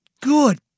Good